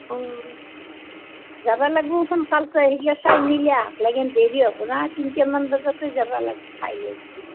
অঁ যাব লাগিব সোনকালতে এইগ্লাক চাই মেলি আহাকলেগি দেৰি হ'ব না তিনিটামান বজাতে যাব লাগিব খাই লৈ উঠি